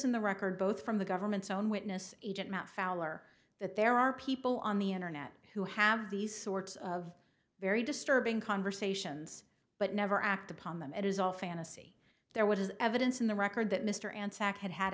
in the record both from the government's own witness agent matt fowler that there are people on the internet who have these sorts of very disturbing conversations but never act upon them it is all fantasy there was evidence in the record that mr and